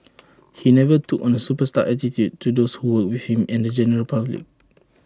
he never took on A superstar attitude to those who worked with him and the general public